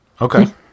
Okay